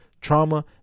trauma